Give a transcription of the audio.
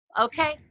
Okay